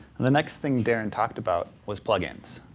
and the next thing darren talked about was plug-ins.